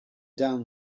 down